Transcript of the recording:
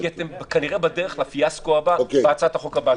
כי אתם כנראה בדרך לפיאסקו הבא בהצעת החוק הבאה.